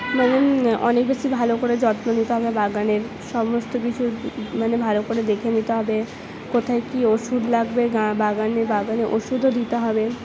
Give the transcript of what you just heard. অনেক বেশি ভালো করে যত্ন নিতে হবে বাগানের সমস্ত কিছুর মানে ভালো করে দেখে নিতে হবে কোথায় কি ওষুধ লাগবে বাগানে বাগানে ওষুধও দিতে হবে